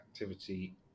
activity